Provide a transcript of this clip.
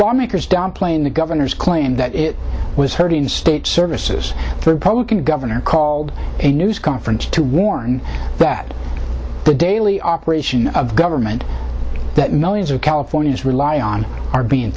lawmakers downplaying the governor's claim that it was hurting the state services for republican governor called a news conference to warn that the daily operation of government that millions of californians rely on are being